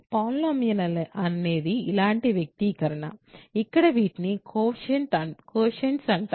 polynomial అనేది ఇలాంటి వ్యక్తీకరణ ఇక్కడ వీటిని కోయెఫిషియంట్స్ అంటారు